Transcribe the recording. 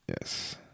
Yes